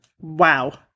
Wow